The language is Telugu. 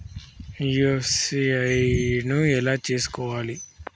యూ.పీ.ఐ ను ఎలా చేస్కోవాలి?